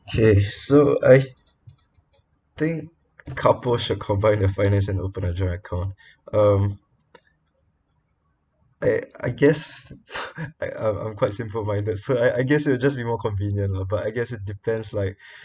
okay so I think couple should combine their finance and open a joint account um I I guess I~ I'm quite simple minded so I I guess it'll just be more convenient lah but I guess it depends like